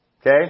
okay